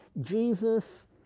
Jesus